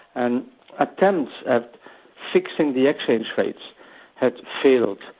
and attempts at fixing the exchange rates had failed,